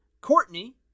Courtney